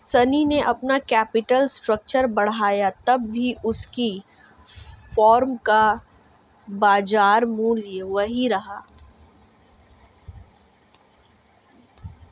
शनी ने अपना capital structure बढ़ाया तब भी उसकी फर्म का बाजार मूल्य वही रहा